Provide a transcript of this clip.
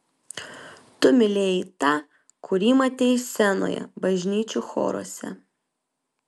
tu mylėjai tą kurį matei scenoje bažnyčių choruose